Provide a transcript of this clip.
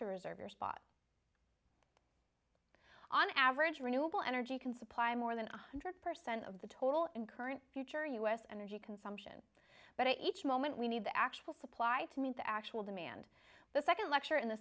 to reserve your spot on average renewable energy can supply more than one hundred percent of the total and current future us and or g consumption but at each moment we need the actual supply to meet the actual demand the second lecture in